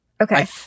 Okay